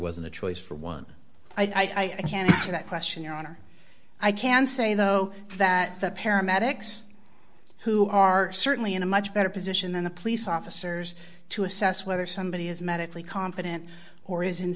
wasn't a choice for one i can't answer that question your honor i can say though that the paramedics who are certainly in a much better position than the police officers to assess whether somebody is medically confident or is